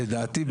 לדעתי,